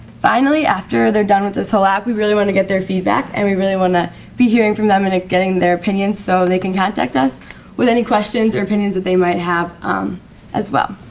finally, after their done with this whole app we really want to get their feedback and we really want to be hearing from them and getting their opinion so they can contact us with any questions or opinions that they might have as well.